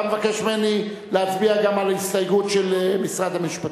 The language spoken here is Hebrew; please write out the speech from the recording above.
אתה מבקש ממני להצביע גם על ההסתייגות של משרד המשפטים?